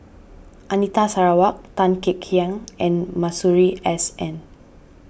Anita Sarawak Tan Kek Hiang and Masuri S N